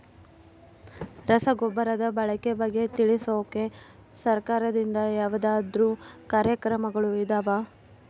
ರಸಗೊಬ್ಬರದ ಬಳಕೆ ಬಗ್ಗೆ ತಿಳಿಸೊಕೆ ಸರಕಾರದಿಂದ ಯಾವದಾದ್ರು ಕಾರ್ಯಕ್ರಮಗಳು ಇದಾವ?